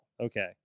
Okay